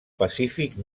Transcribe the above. pacífic